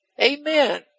Amen